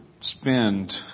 spend